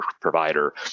provider